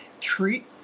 treat